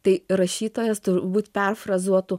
tai rašytojas turbūt perfrazuotų